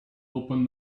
open